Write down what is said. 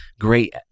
great